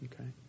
Okay